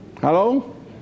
Hello